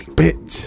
bit